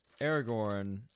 Aragorn